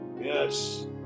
yes